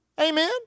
Amen